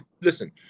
Listen